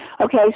Okay